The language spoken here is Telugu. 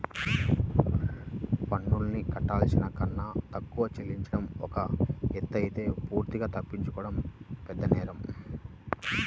పన్నుల్ని కట్టాల్సిన కన్నా తక్కువ చెల్లించడం ఒక ఎత్తయితే పూర్తిగా తప్పించుకోవడం పెద్దనేరం